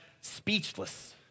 speechless